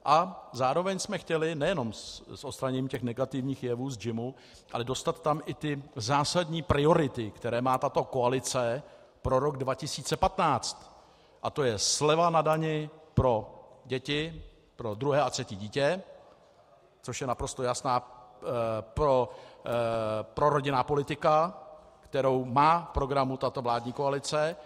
A zároveň jsme chtěli, nejenom s odstraněním těch negativních jevů z JIMu, ale dostat tam i ty zásadní priority, které má tato koalice pro rok 2015, a to je sleva na dani pro děti, pro druhé a třetí dítě, což je naprosto jasná prorodinná politika, kterou má v programu tato vládní koalice.